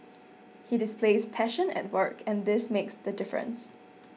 he displays passion at work and this makes the difference